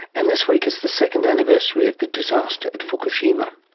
and this week is the second anniversary of the disaster at fukushima.